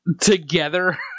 together